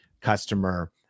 customer